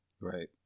Right